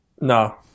No